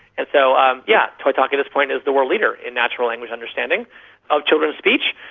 and so um yeah, toytalk at this point is the world leader in natural language understanding of children's speech,